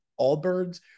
Allbirds